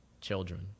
children